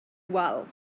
wal